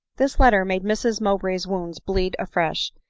this letter made mrs mowbray's wounds bleed afresh,